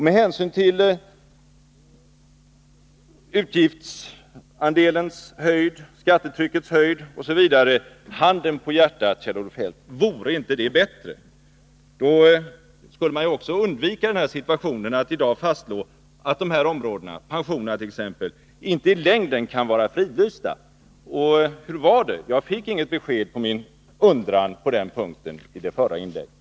Med hänsyn till utgiftsandelens storlek, skattetryckets höjd osv. — handen på hjärtat, Kjell-Olof Feldt, vore inte det bättre? Då skulle man också undvika den situationen att det i dag fastslås att de här områdena — pensionerna t.ex. —- inte i längden kan vara fridlysta. Hur var det? Jag fick inget besked efter min undran på den punkten i det förra inlägget.